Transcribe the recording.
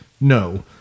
no